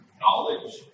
knowledge